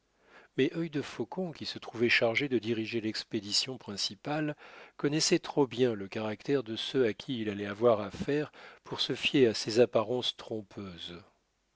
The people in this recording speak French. mais œil de faucon qui se trouvait chargé de diriger l'expédition principale connaissait trop bien le caractère de ceux à qui il allait avoir affaire pour se fier à ces apparences trompeuses